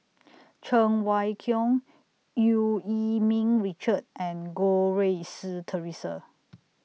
Cheng Wai Keung EU Yee Ming Richard and Goh Rui Si Theresa